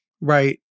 right